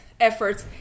efforts